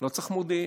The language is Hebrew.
לא צריך מודיעין.